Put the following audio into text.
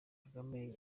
kagame